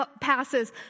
passes